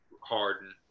Harden